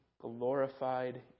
glorified